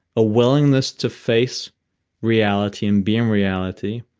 a willingness to face reality and be in reality,